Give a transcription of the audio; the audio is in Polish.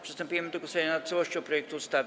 Przystępujemy do głosowania nad całością projektu ustawy.